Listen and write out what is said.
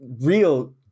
real